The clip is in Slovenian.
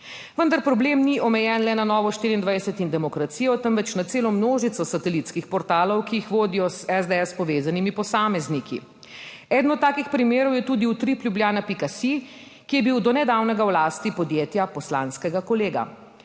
Vendar problem ni omejen le na Novo24 in Demokracijo, temveč na celo množico satelitskih portalov, ki jih vodijo z SDS povezanimi posamezniki. Eden od takih primerov je tudi Utrip Ljubljana.si, ki je bil do nedavnega v lasti podjetja poslanskega kolega.